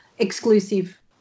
Exclusive